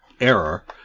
Error